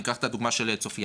ניקח את הדוגמא של צופיה,